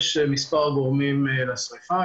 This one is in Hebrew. יש מספר גורמים לשריפה,